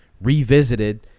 revisited